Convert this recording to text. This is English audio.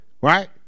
Right